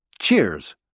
Cheers